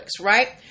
right